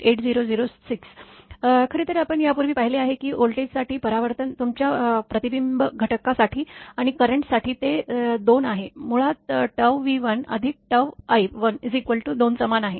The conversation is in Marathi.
8006 खरे तर आपण यापूर्वी पाहिले आहे की व्होल्टेजसाठी परावर्तन तुमच्या प्रतिबिंब घटका साठी आणि करेंट साठी ते 2 आहे मुळात V1 अधिक i1 2 समान आहे